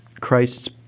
Christ's